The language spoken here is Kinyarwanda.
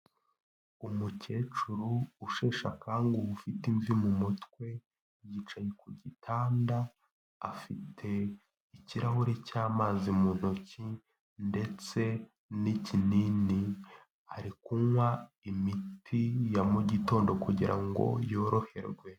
Umukecuru usheshe akanguhe ufite imvi mu mutwe, yicaye ku gitanda afite ikirahure cy'amazi mu ntoki ndetse n'ikinini, ari kunywa imiti ya mugitondo kugira ngo yoroherwe.